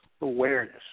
awareness